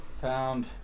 Found